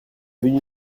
venu